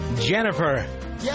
Jennifer